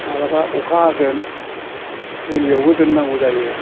मालाबा अखा हागोन गलियावबो दोननांगौ जायो